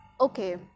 okay